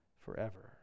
forever